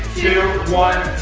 two, one,